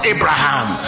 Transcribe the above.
Abraham